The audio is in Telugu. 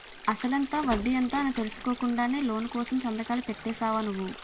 అసలెంత? వడ్డీ ఎంత? అని తెలుసుకోకుండానే లోను కోసం సంతకాలు పెట్టేశావా నువ్వు?